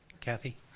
Kathy